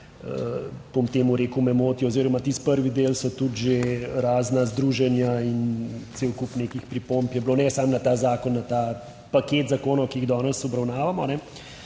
bom temu rekel, me moti oziroma tisti prvi del so tudi že razna združenja in cel kup nekih pripomb je bilo, ne samo na ta zakon, na ta paket zakonov, ki jih danes obravnavamo,